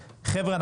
חבר'ה,